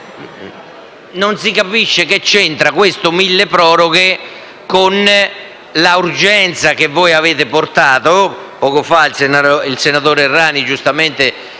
non si capisce che c'entra questo milleproroghe con l'urgenza che voi avete richiamato - poco fa il senatore Errani giustamente